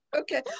Okay